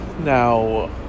Now